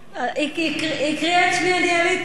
היא הקריאה את שמי, אני עליתי,